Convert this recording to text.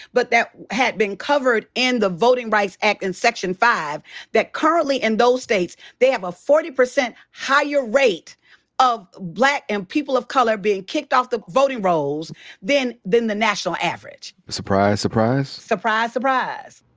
but that had been covered in and the voting rights act in section five that currently in those states, they have a forty percent higher rate of black and people of color being kicked off the voting roles than than the national average. surprise, surprise. surprise, surprise.